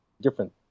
different